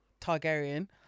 Targaryen